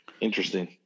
Interesting